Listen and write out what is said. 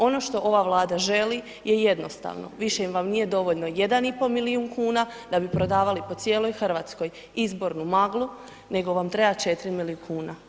Ono što ova Vlada želi je jednostavno, više vam nije dovoljno 1,5 milijuna kuna da bi prodavali po cijeloj Hrvatskoj izbornu maglu nego vam treba 4 milijuna kuna.